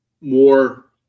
more